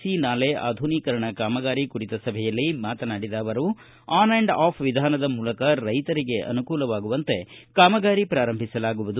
C ನಾಲೆ ಆಧುನೀಕರಣ ಕಾಮಗಾರಿ ಕುರಿತ ಸಭೆಯಲ್ಲಿ ಮಾತನಾಡಿದ ಅವರು ಆನ್ ಆಂಡ್ ಆಫ್ ವಿಧಾನದ ಮೂಲಕ ರೈತರಿಗೆ ಅನುಕೂಲವಾಗುವಂತೆ ಕಾಮಗಾರಿ ಪೂರಂಬಿಸಲಾಗುವುದು